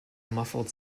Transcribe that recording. muffled